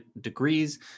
degrees